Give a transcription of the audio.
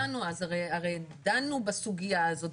הרי דנו בסוגיה הזאת,